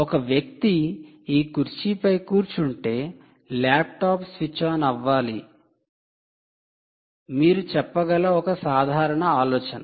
ఒక వ్యక్తి ఈ కుర్చీపై కూర్చుంటే ల్యాప్టాప్ స్విచ్ ఆన్ అవ్వాలి మీరు చెప్పగల ఒక సాధారణ ఆలోచన